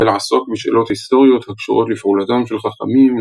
לעסוק בשאלות היסטוריות הקשורות לפעולתם של חכמים,